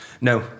no